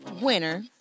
winner